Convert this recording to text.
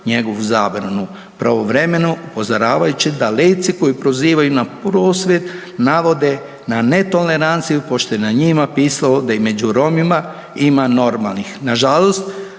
njegovu zabranu pravovremeno upozoravajući da leci koji prozivaju na prosvjed navode na netoleranciju pošto je na njima pisalo da i među Romima normalnih.